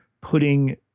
putting